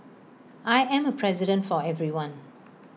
I am A president for everyone